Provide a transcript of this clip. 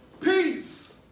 Peace